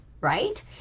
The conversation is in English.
right